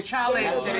Challenge